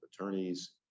attorneys